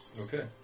Okay